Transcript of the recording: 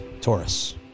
Taurus